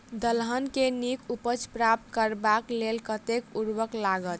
दलहन केँ नीक उपज प्राप्त करबाक लेल कतेक उर्वरक लागत?